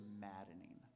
maddening